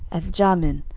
and jamin,